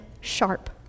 sharp